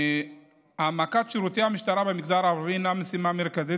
שאלה 1: העמקת שירותי המשטרה במגזר הערבי היא משימה מרכזית